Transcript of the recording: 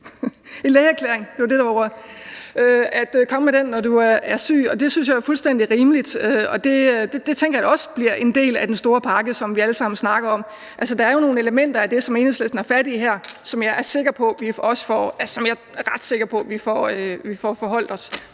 en lægeerklæring, når du bliver syg, synes jeg er fuldstændig rimeligt, og det tænker jeg da også bliver en del af den store pakke, som vi alle sammen snakker om. Altså, der er jo nogle elementer af det, som Enhedslisten har fat i her, som jeg er ret sikker på vi får forholdt os